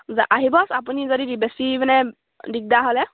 আহিব আপুনি যদি বেছি মানে দিগদাৰ হ'লে